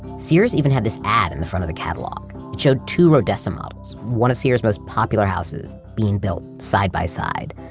sears even had this ad in the front of the catalog. showed two rodessa models, one of sears most popular houses, being built side by side.